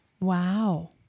Wow